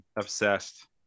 obsessed